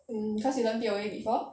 mm because you learnt it before